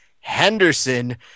Henderson